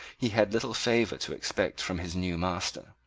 he had little favor to expect from his new master.